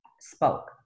spoke